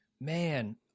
Man